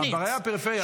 הבעיה היא הפריפריה.